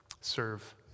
Serve